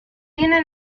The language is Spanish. tiene